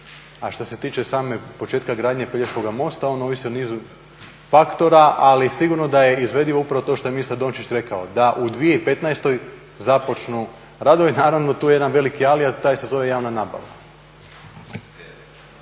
A što se tiče same početka gradnje Pelješkoga mosta on ovisi o nizu faktora, ali sigurno da je izvedivo upravo to što je ministar Dončić rekao da u 2015. započnu radovi. Naravno, tu je jedan veliki ali, a taj se zove javna nabava.